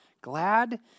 Glad